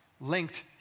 linked